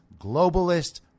globalist